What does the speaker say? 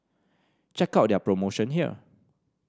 check out their promotion here